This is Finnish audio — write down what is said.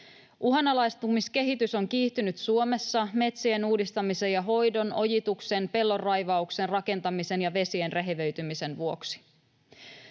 Uhanalaistumiskehitys on kiihtynyt Suomessa metsien uudistamisen ja hoidon, ojituksen, pellonraivauksen, rakentamisen ja vesien rehevöitymisen vuoksi.